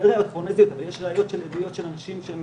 של עדויות של אנשים שהם